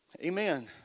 Amen